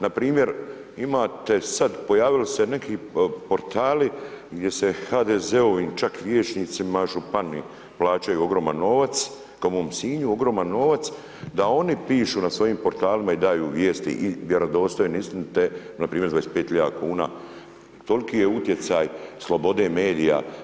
Npr. imate sad, pojavili su se neki portali gdje se HDZ-ovim čak vijećnicima župani plaćaju ogroman novac, kao u mom Sinju, ogroman novac da oni pišu na svojim portalima i daju vijesti i vjerodostojne i istinite npr. 25 hiljada kuna, toliki je utjecaj slobode medija.